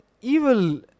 evil